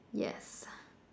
yes